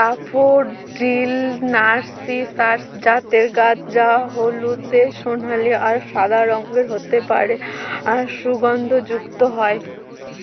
daffodil narcissus জাতের গাছ যা হলদে সোনালী আর সাদা রঙের হতে পারে আর সুগন্ধযুক্ত হয়